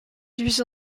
divisée